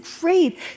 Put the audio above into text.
great